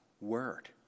word